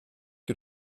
que